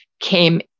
came